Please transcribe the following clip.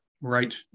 Right